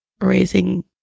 raising